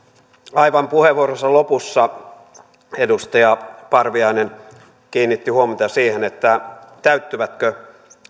aivan puheenvuoronsa lopussa edustaja parviainen kiinnitti huomiota siihen täyttyvätkö